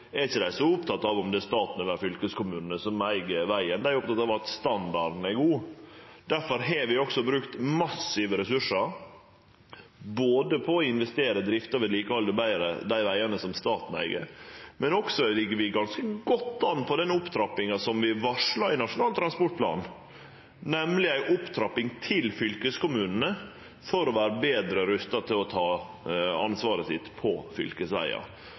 er ikkje så opptekne av om det er staten eller fylkeskommunane som eig vegen, dei er opptekne av at standarden er god. Difor har vi også brukt massive ressursar både på å investere og på drift og vedlikehald av dei vegane som staten eig. Men vi ligg også ganske godt an når det gjeld den opptrappinga som vi varsla i Nasjonal transportplan, nemleg ei opptrapping til fylkeskommunane for at dei skal vere betre rusta til å ta ansvaret sitt på fylkesvegar.